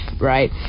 right